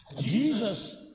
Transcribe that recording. jesus